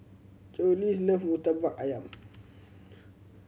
Joseluis love Murtabak Ayam